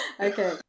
Okay